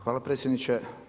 Hvala predsjedniče.